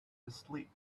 asleep